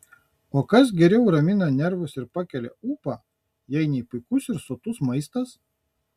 o kas geriau ramina nervus ir pakelia ūpą jei ne puikus ir sotus maistas